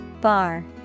Bar